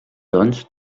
doncs